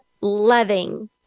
loving